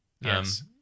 yes